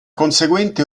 conseguente